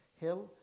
Hill